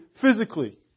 physically